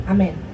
Amen